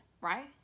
right